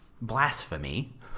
blasphemy